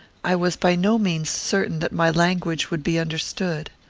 i was by no means certain that my language would be understood.